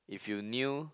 if you knew